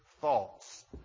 thoughts